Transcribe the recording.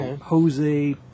Jose